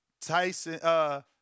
Tyson